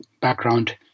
background